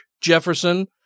Jefferson